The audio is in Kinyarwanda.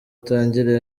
atangire